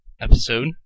episode